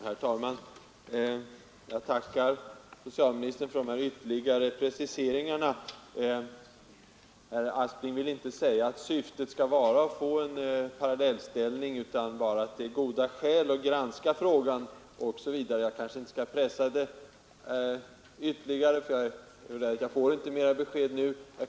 Herr talman! Jag tackar socialministern för dessa ytterligare preciseringar. Herr Aspling vill inte säga att syftet skall vara att åstadkomma en parallellställning, utan bara att det finns goda skäl att granska frågan osv. Jag kanske inte skall pressa socialministern ytterligare, för jag är rädd att jag inte får mera besked nu.